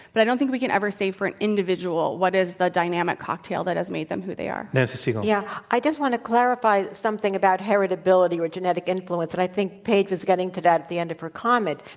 but i don't think we can ever say, for an individual what is the dynamic cocktail that has made them who they are? nancy segal. yeah. i just want to clarify something about heritability or genetic influence. and i think paige is getting to that at the end of her comment.